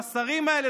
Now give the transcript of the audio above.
השרים האלה,